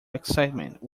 excitement